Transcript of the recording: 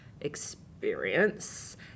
experience